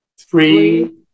three